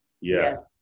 yes